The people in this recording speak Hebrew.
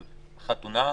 אבל חתונה?